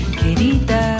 querida